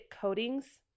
coatings